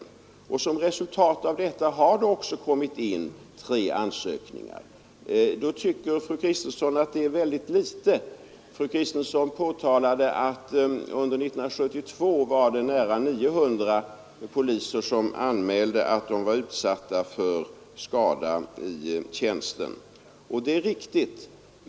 Som resultat av detta har det också kommit in tre ansökningar. Fru Kristensson tycker att det är väldigt litet. Fru Kristensson påtalade att det under 1972 var nära 900 poliser som anmälde att de var utsatta för skada i tjänsten, och det är riktigt.